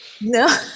No